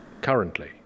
currently